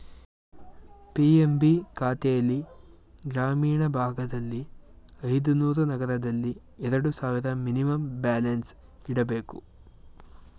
PMB ಖಾತೆಲ್ಲಿ ಗ್ರಾಮೀಣ ಭಾಗದಲ್ಲಿ ಐದುನೂರು, ನಗರದಲ್ಲಿ ಎರಡು ಸಾವಿರ ಮಿನಿಮಮ್ ಬ್ಯಾಲೆನ್ಸ್ ಇಡಬೇಕು